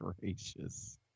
gracious